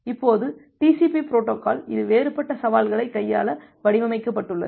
இப்போது TCP protocol இது வேறுபட்ட சவால்களை கையாள வடிவமைக்கப்பட்டுள்ளது